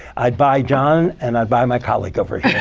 i'd buy john, and i'd buy my colleague over here.